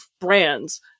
brands